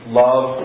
love